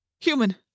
Human